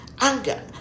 anger